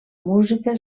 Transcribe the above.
música